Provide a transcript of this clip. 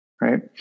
right